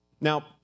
Now